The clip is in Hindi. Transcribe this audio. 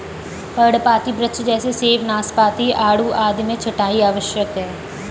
पर्णपाती वृक्ष जैसे सेब, नाशपाती, आड़ू आदि में छंटाई आवश्यक है